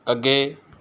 ਅੱਗੇ